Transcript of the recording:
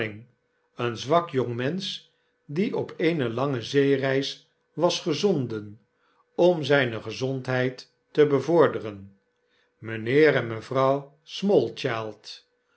een zwak jongmensch die op eene lange zeereis was gezonden om zyne gezondheid te bevorderen mynheer en mevrouw smallchild